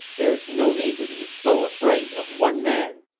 there is no need to be so afraid of one man.